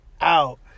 out